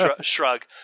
shrug